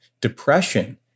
depression